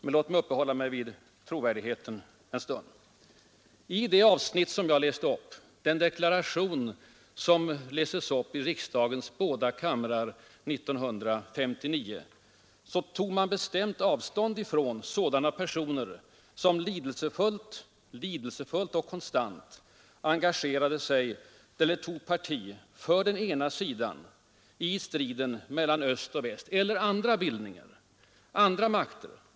Men låt mig uppehålla mig vid trovärdigheten en stund. I det avsnitt som jag läste upp av deklarationen i riksdagens båda kamrar 1959 tog regeringen bestämt avstånd från sådana personer som lidelsefullt och konstant engagerade sig eller tog parti för den ena sidan i striden mellan öst och väst eller mellan andra grupperingar — andra makter.